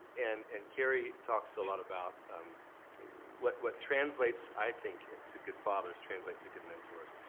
and and carey talks a lot about um what what translates, i think, to good fathers translates to good mentors.